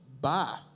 bye